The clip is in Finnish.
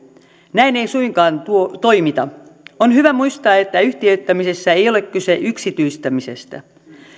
näin ei suinkaan toimita on hyvä muistaa että yhtiöittämisessä ei ole kyse yksityistämisestä